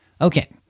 Okay